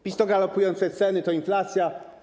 PiS to galopujące ceny, to inflacja.